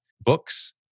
books